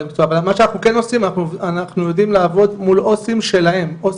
אבל מה שאנחנו עושים אנחנו עובדים עם עו"סים מטעמם.